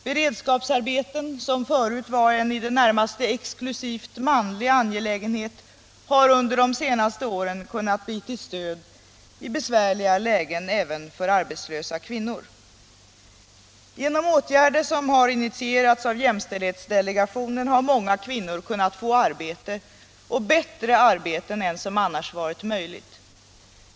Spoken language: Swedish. Beredskapsarbeten, som förut var en i det närmaste exklusivt manlig angelägenhet, har under de senaste åren kunnat bli till stöd i besvärliga lägen också för arbetslösa kvinnor. Genom åtgärder som initierats av jämställdhetsdelegationen har många kvinnor kunnat få arbete — och bättre arbete — än som annars varit möjligt.